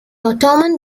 ottoman